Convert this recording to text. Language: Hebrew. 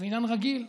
זה עניין רגיל.